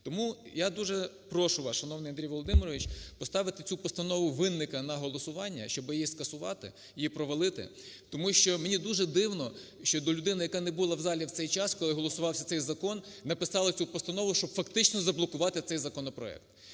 Тому, я дуже прошу вас, шановний Андрій Володимирович, поставити цю постанову Вінника на голосування, щоб її скасувати, її провалити. Тому що мені дуже дивно, що до людини, яка не була в залі цей час, коли голосувався цей закон, написала цю постанову, щоб фактично заблокувати цей законопроект?